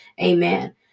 Amen